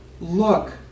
look